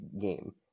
game